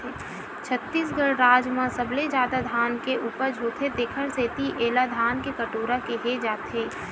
छत्तीसगढ़ राज म सबले जादा धान के उपज होथे तेखर सेती एला धान के कटोरा केहे जाथे